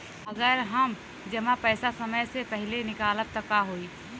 अगर हम जमा पैसा समय से पहिले निकालब त का होई?